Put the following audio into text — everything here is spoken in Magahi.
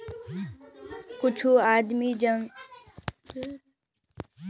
कुछू आदमी जमानतेर तौरत पौ सुरक्षा कर्जत शामिल हछेक